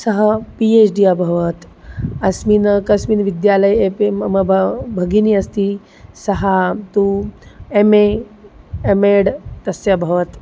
सः P H D अभवत् अस्मिन् कस्मिन् विद्यालये अपि मम बा भगिनी अस्ति सः तु एम् ए एम् एड् तस्य अभवत्